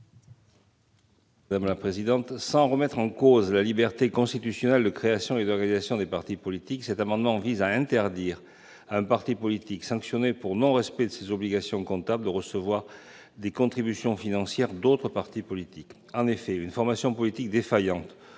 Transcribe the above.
Jean-Pierre Grand. Sans remettre en cause la liberté constitutionnelle de création et d'organisation des partis politiques, je propose, au travers de cet amendement, d'interdire à un parti politique sanctionné pour non-respect de ses obligations comptables de recevoir des contributions financières d'autres partis politiques. Une formation politique défaillante